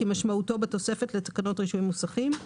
כמשמעותו בתוספת האמורה בפסקה (1).